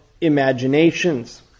imaginations